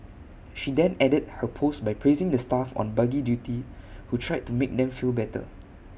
she then ended her post by praising the staff on buggy duty who tried to make them feel better